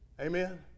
Amen